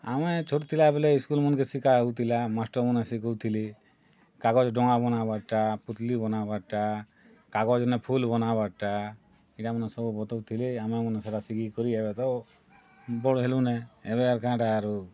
ଆମେ ଛୋଟ୍ ଥିଲା ବେଲେ ସ୍କୁଲ୍ ମାନକେ ଶିଖା ହେଉଥିଲା ମାଷ୍ଟର୍ ମାନେ ଶିଖାଉଥିଲେ କାଗଜ୍ ଡଙ୍ଗା ବନାବାରଟା ପୁତଲି ବନାବାରଟା କାଗଜନେ ଫୁଲ ବନାବାରଟା ଇଟାମାନେ ସବୁ ବତାଉଥିଲେ ଆମେ ମାନେ ସେଇଟା ଶିଖି କରି ଏବେ ତ ବଡ଼ ହେଲୁନେ ଏବେ ଆର୍ କାଁଟା ଆରୁ